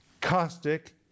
caustic